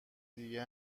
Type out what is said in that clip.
دیگه